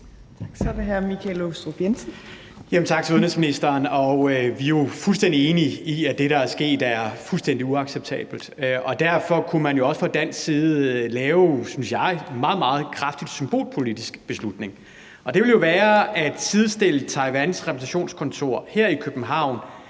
Kl. 19:47 Michael Aastrup Jensen (V): Tak til udenrigsministeren. Vi er jo fuldstændig enige i, at det, der er sket, er fuldstændig uacceptabelt. Derfor kunne man også fra dansk side lave, synes jeg, en meget, meget kraftig symbolpolitisk beslutning, og det ville jo være at sidestille Taiwans repræsentationskontor her i København